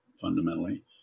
fundamentally